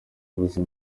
umuyobozi